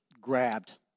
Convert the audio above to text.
grabbed